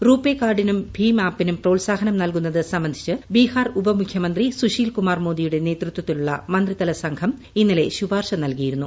റുപേ കാർഡിനും ഭീം ആപ്പിനും പ്രോത്സാഹനം നൽകുന്നത് സംബന്ധിച്ച് ബീഹാർ ഉപമുഖ്യമന്ത്രി സുശീൽകുമാർ മോദിയുടെ നേതൃത്വത്തിലുള്ള മന്ത്രിതല സംഘം ഇന്നലെ ശുപാർശ നൽകിയിരുന്നു